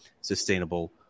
sustainable